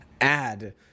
add